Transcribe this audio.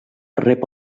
rep